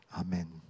Amen